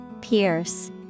Pierce